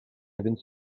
haven’t